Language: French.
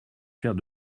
faire